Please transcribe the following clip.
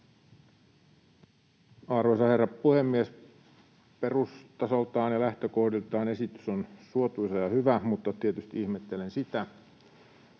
Arvoisa herra puhemies! Perustasoltaan ja lähtökohdiltaan esitys on suotuisa ja hyvä, mutta tietysti ihmettelen sitä,